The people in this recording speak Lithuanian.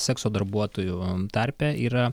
sekso darbuotojų tarpe yra